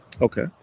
okay